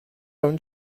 اون